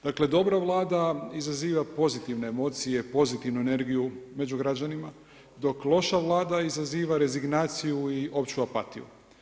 Dakle, dobra Vlada izaziva pozitivne emocije, pozitivnu energiju među građanima, dok loša Vlada izaziva rezignaciju i opću apatiju.